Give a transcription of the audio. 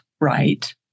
right